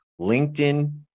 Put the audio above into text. LinkedIn